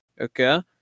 okay